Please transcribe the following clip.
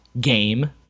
game